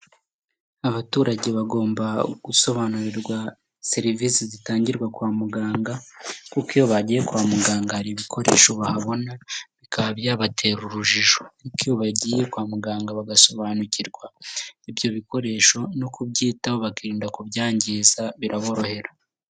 Abaturage bagomba gusobanurirwa serivisi zitangirwa kwa muganga, kuko iyo bagiye kwa muganga hari ibikoresho bahabona bikaba byabatera urujijo. Ariko iyo bagiye kwa muganga bagasobanukirwa ibyo bikoresho no kubyitaho bakirinda kubyangiza biraborohera.